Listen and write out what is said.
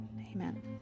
amen